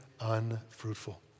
unfruitful